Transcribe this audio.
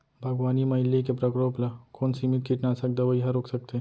बागवानी म इल्ली के प्रकोप ल कोन सीमित कीटनाशक दवई ह रोक सकथे?